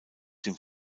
dem